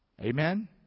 Amen